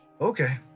Okay